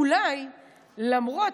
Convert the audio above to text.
אולי למרות,